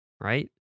right